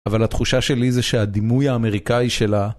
אבל התחושה שלי זה שהדימוי האמריקאי שלה...